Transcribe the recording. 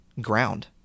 Ground